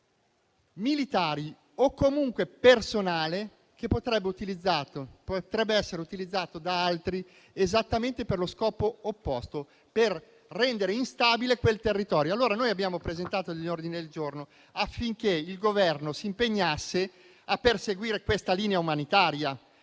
militari o comunque personale che potrebbe essere utilizzato da altri esattamente per lo scopo opposto, ovvero per rendere instabile quel territorio? Abbiamo dunque presentato alcuni ordini del giorno, affinché il Governo si impegnasse a perseguire questa linea umanitaria.